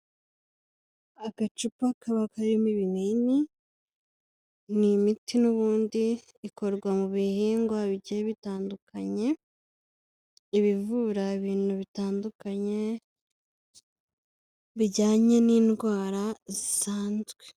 Agacupa kaba karimo ibinini, ni imiti n'ubundi ikorwa mu bihingwa bigiye bitandukanye, ibivura ibintu bitandukanye bijyanye n'indwara zisanzwe.